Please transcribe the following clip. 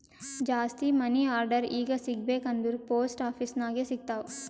ಜಾಸ್ತಿ money order ಈಗ ಸಿಗಬೇಕ ಅಂದುರ್ ಪೋಸ್ಟ್ ಆಫೀಸ್ ನಾಗೆ ಸಿಗ್ತಾವ್